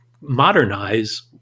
modernize